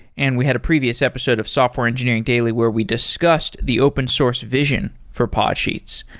and we had a previous episode of software engineering daily where we discussed the open source vision for podsheets.